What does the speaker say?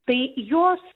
tai jos